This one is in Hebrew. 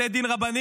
בתי דין רבניים.